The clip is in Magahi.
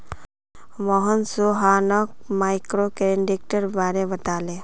मोहन सोहानोक माइक्रोक्रेडिटेर बारे बताले